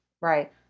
right